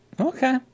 Okay